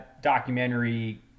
documentary